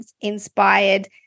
inspired